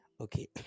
Okay